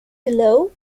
below